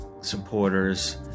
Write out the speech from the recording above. supporters